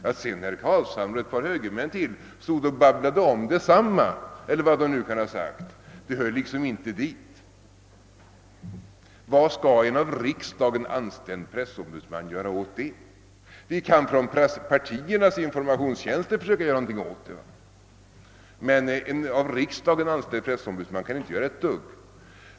Att sedan Carlshamre och ett par högermän till stod och babblade om detsamma — eller vad de nu kan ha sagt — det hör liksom inte dit. Vad skall en av riksdagen anställd pressombudsman göra åt det? Man kan från partiernas informationstjänster försöka göra något åt det. Men en av riksdagen anställd pressombudsman kan inte göra ett dugg.